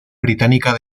británica